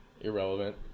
Irrelevant